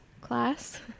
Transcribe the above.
class